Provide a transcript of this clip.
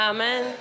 Amen